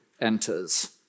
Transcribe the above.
enters